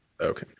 Okay